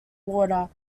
water